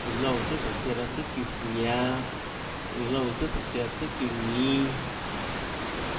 iã loúã tsùà tróhå çiáã raâ tsùâ çiúãjñánâ, iã loúã tsùàtróhå çiáã tsùâ ñínâ.